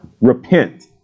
Repent